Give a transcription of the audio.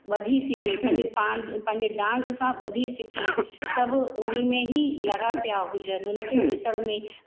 ॿधी सघे पंहिंजे पां पंहिंजे डांस सां ॿधी सघे सभु उन्हीअ में ई लॻा पिया हुजनि उनखे ॾिसण में